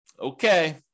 Okay